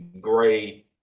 gray